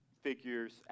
Figures